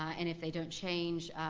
and if they don't change,